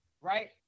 right